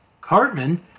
Cartman